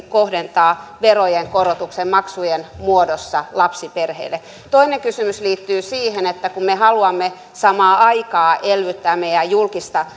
kohdentaa verojen korotuksen maksujen muodossa lapsiperheille toinen kysymys liittyy siihen että kun me haluamme samaan aikaan eräällä tavalla elvyttää meidän